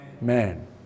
Man